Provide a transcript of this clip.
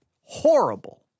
Horrible